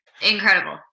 incredible